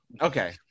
okay